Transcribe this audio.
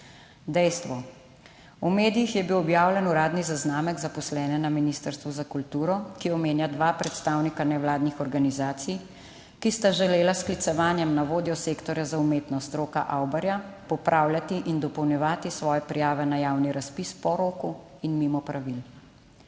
Dejstvo, v medijih je bil objavljen uradni zaznamek zaposlene na Ministrstvu za kulturo, ki omenja dva predstavnika nevladnih organizacij, ki sta želela s sklicevanjem na vodjo sektorja za umetnost Roka Avbarja popravljati in dopolnjevati svoje prijave na javni razpis po roku in mimo pravil.